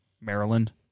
Maryland